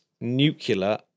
nuclear